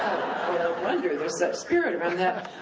wonder there's such spirit around that.